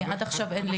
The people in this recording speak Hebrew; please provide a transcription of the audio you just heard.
עד עכשיו אין לי.